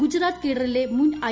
ഗുജറാത്ത് കേഡറിലെ മുൻ ഐ